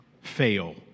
fail